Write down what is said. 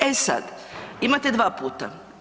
E sad, imate dva puta.